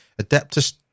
Adeptus